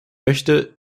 möchte